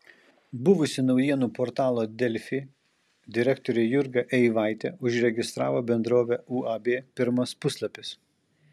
buvusi naujienų portalo delfi direktorė jurga eivaitė užregistravo bendrovę uab pirmas puslapis